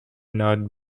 not